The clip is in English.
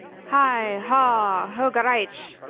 hi! haw! hogaraich!